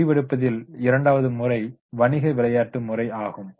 முடிவெடுப்பதில் இரண்டாவது முறை வணிக விளையாட்டு ஆகும்